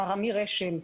מר אמיר אשל,